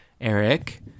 Eric